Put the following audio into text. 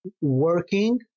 working